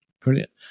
Brilliant